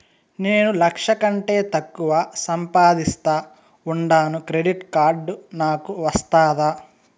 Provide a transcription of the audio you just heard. నేను లక్ష కంటే తక్కువ సంపాదిస్తా ఉండాను క్రెడిట్ కార్డు నాకు వస్తాదా